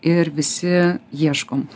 ir visi ieškom